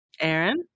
Aaron